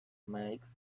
makes